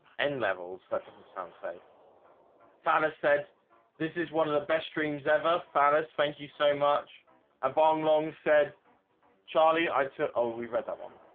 n levels, that doesn't sound safe phallus said this is one of the best dreams ever phallus. thank you so much a bond long said charlie i took oh we've read that one.